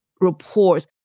reports